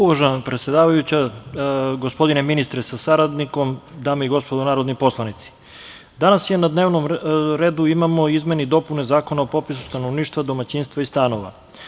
Uvažena predsedavajuća, gospodine ministre sa saradnikom, dame i gospodo narodni poslanici, danas na dnevnom redu imamo izmene i dopune Zakona o popisu stanovništva, domaćinstava i stanova.